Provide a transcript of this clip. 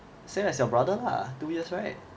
same as your brother lah two years right